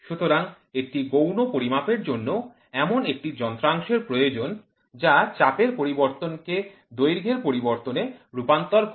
সুতরাং একটি গৌণ পরিমাপের জন্য এমন একটি যন্ত্রাংশের প্রয়োজন যা চাপের পরিবর্তনকে দৈর্ঘ্যের পরিবর্তনে রূপান্তর করে